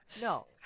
No